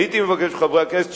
הייתי מבקש מחברי הכנסת,